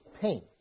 pain